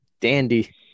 dandy